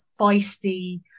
feisty